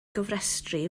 gofrestru